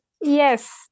yes